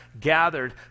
gathered